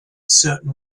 certain